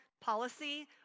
policy